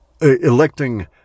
electing